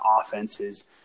offenses